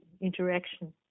interaction